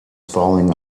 falling